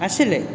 ଆସିଲେ